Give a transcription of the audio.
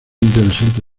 interesante